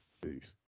Peace